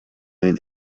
این